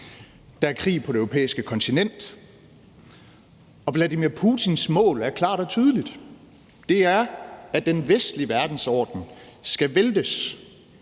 Der er krig på det europæiske kontinent, og Putins mål er klart og tydeligt, nemlig at den vestlige verdensorden skal væltes,